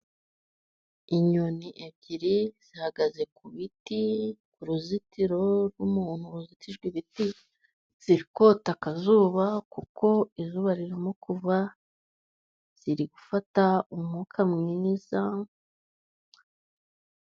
Inyoni ebyiri zihagaze ku biti, ku ruzitiro rw'umuntu ruzitijwe ibiti, ziri kota akazuba kuko izuba ririmo kuva, ziri gufata umwuka mwiza.